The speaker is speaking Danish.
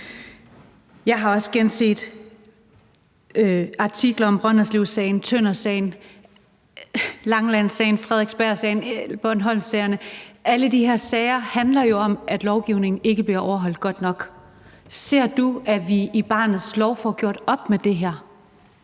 Jeg har også genlæst artikler om Brønderslevsagen, Tøndersagen, Langelandsagen, Frederiksbergsagen og Bornholmsagerne. Alle de her sager handler jo om, at lovgivningen ikke bliver overholdt godt nok. Ser du, at vi i barnets lov får gjort op med det her?